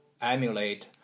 emulate